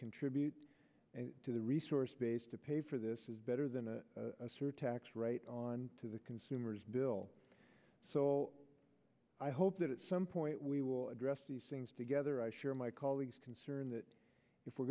contribute to the resource base to pay for this is better than a surtax right on to the consumers bill so i hope that at some point we will address these things together i share my colleagues concern that if we're